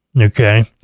okay